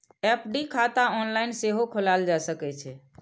FD खाता online सेहो खोलाएल जा सकै छै